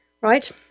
right